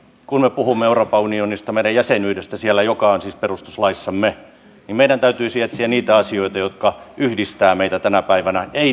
kun me puhumme euroopan unionista meidän jäsenyydestämme siellä joka on siis perustuslaissamme etsiä niitä asioita jotka yhdistävät meitä tänä päivänä ei